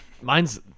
Mine's